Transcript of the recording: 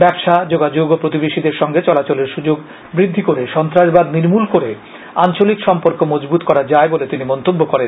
ব্যবসা যোগাযোগ ও প্রতিবেশীদেশের সঙ্গে চলাচলের সুযোগ বৃদ্ধি করে সন্ত্রাসবাদ নির্মূল করে আঞ্চলিক সম্পর্ক মজবুত করা যায় বলে তিনি মন্তব্য করেন